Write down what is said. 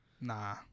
Nah